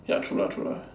ya true lah true lah